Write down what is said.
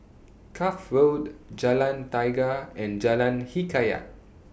Cuff Road Jalan Tiga and Jalan Hikayat